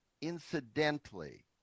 incidentally